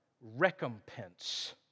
recompense